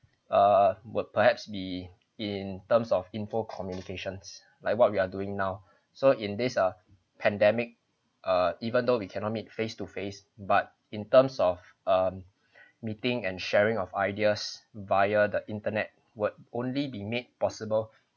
err would perhaps be in terms of info communications like what we are doing now so in this ah pandemic err even though we cannot meet face-to-face but in terms of um meeting and sharing of ideas via the internet would only be made possible